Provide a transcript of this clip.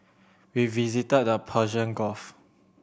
we visited the Persian Gulf